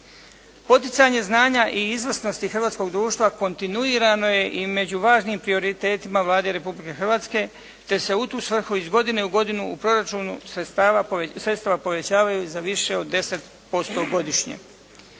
Poticanje znanja i izvrsnosti hrvatskog društva kontinuirano je i među važnim prioritetima Vlade Republike Hrvatske te se u tu svrhu iz godine u godinu u proračunu sredstva povećavaju za više od 10% godišnje.